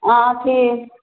आँय अथी